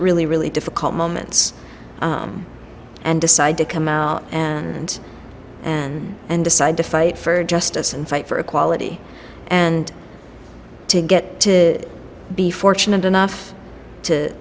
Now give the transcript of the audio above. really really difficult moments and decide to come out and and and decide to fight for justice and fight for equality and to get to be fortunate enough to